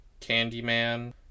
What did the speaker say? Candyman